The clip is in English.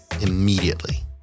immediately